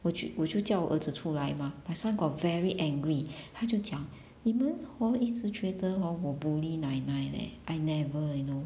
我就我就叫我儿子出来 mah my son got very angry 他就讲你们 hor 一直觉得 hor 我 bully 奶奶 leh I never you know